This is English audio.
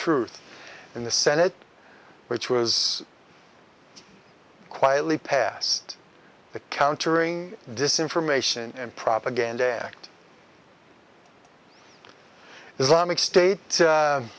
truth in the senate which was quietly past the countering this information and propaganda act islamic state